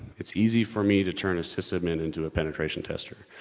it's easy for me to turn a sysadmin into a penetration tester.